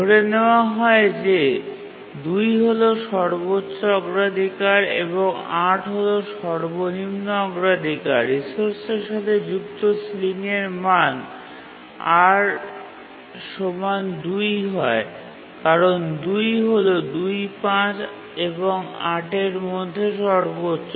ধরে নেওয়া হয় যে ২ হল সর্বোচ্চ অগ্রাধিকার এবং ৮ হল সর্বনিম্ন অগ্রাধিকার রিসোর্সের সাথে যুক্ত সিলিংয়ের মান R ২ হয় কারণ ২ হল ২ ৫ এবং ৮ এর মধ্যে সর্বোচ্চ